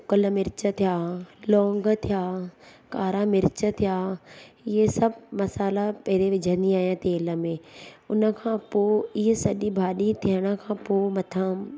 सुकियल मिर्च थिया लौंग थिया कारा मिर्च थिया इहे सभु मसाला पहिरें विझंदी आहियां तेल में उन खां पोइ इहे सॼी भाॼी थियण खां पोइ मथां